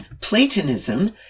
Platonism